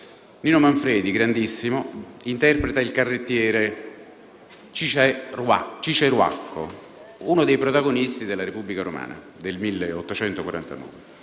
Nino Manfredi interpreta il carrettiere Ciceruacchio, uno dei protagonisti della Repubblica romana del 1849.